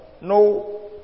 no